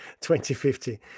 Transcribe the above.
2050